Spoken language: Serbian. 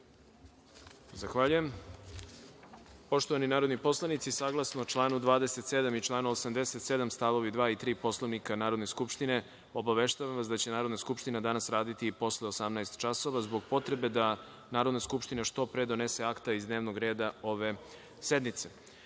Zahvaljujem. Poštovani narodni poslanici, saglasno članu 27. i članu 87. st. 2. i 3. Poslovnika Narodne skupštine, obaveštavam vas da će Narodna skupština danas raditi i posle 18 časova, zbog potrebe da Narodna skupština što pre donese akte iz dnevnog reda ove sednice. Na